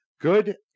good